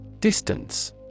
Distance